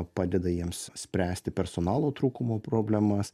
padeda jiems spręsti personalo trūkumo problemas